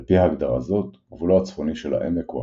על פי הגדרה זאת, גבולו הצפוני של העמק הוא